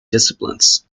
disciplines